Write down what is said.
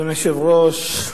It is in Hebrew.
אדוני היושב-ראש,